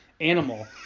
animal